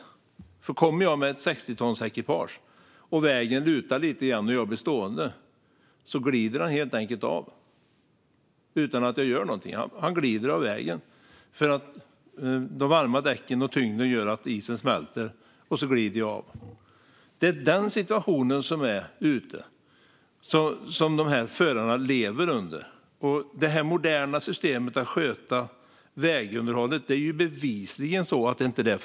Blir man stående med ett 60-tonsekipage på en väg som lutar lite glider fordonet av. De varma däcken och tyngden gör nämligen att isen smälter. Så har förarna där ute det. Det moderna systemet för att sköta vägunderhållet fungerar bevisligen inte.